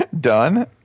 Done